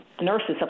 Nurses